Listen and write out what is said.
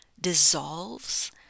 dissolves